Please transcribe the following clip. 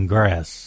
Grass